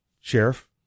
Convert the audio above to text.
sheriff